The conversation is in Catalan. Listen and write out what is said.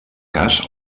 cas